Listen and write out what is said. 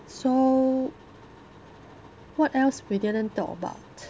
so what else we didn't talk about